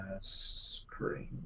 screen